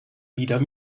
wieder